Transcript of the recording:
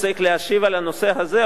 שצריך להשיב על הנושא הזה,